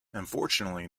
unfortunately